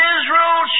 Israel